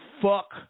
fuck